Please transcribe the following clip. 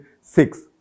six